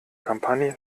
kampagne